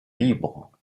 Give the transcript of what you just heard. libres